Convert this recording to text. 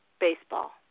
baseball